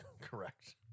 Correct